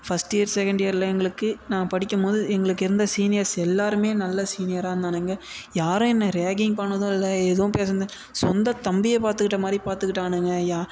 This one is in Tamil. ஃபர்ஸ்ட் இயர் செகண்ட் இயரில் எங்களுக்கு நான் படிக்கும் போது எங்களுக்கு இருந்த சீனியர்ஸ் எல்லோருமே நல்ல சீனியராக இருந்தானுங்க யாரும் என்னை ரேகிங் பண்ணதும் இல்லை எதுவும் பேசினதில்ல சொந்த தம்பியை பார்த்துக்கிட்ட மாதிரி பார்த்துக்கிட்டானுங்க யா